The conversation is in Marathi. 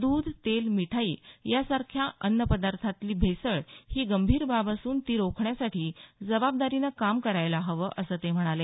द्ध तेल मिठाई यासारख्या अन्न पदार्थांतली भेसळ ही गंभीर बाब असून ती रोखण्यासाठी जबाबदारीने काम करायला हवं असं ते म्हणाले